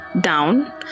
down